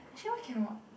actually why cannot